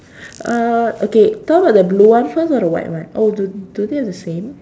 uh okay talk blue one first or the white one oh do do they the same